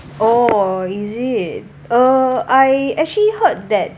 oh is it uh I actually heard that